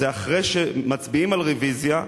זה אחרי שמצביעים על רוויזיה,